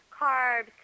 carbs